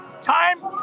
Time